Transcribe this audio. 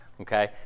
okay